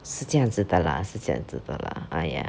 是这样子的 lah 是这样子的 lah !aiya!